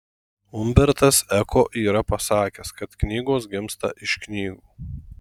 umbertas eko yra pasakęs kad knygos gimsta iš knygų